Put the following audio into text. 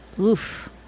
Oof